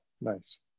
nice